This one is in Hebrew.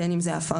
בין אם זה הפרה,